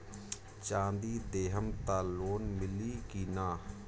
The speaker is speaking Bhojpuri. चाँदी देहम त लोन मिली की ना?